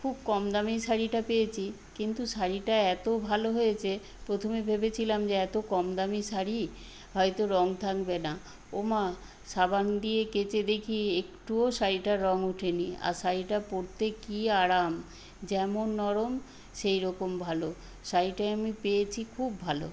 খুব কম দামেই শাড়িটা পেয়েছি কিন্তু শাড়িটা এত ভালো হয়েছে প্রথমে ভেবেছিলাম যে এত কম দামি শাড়ি হয়তো রঙ থাকবে না ওমা সাবান দিয়ে কেচে দেখি একটুও শাড়িটার রঙ ওঠেনি আর শাড়িটা পরতে কী আরাম যেমন নরম সেইরকম ভালো শাড়িটাই আমি পেয়েছি খুব ভালো